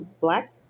Black